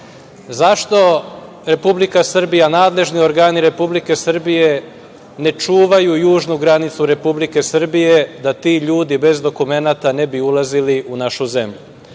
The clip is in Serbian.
Republika Srbija, nadležni organi Republike Srbije ne čuvaju južnu granicu Republike Srbije, da ti ljudi bez dokumenata ne bi ulazili u našu zemlju? Drugo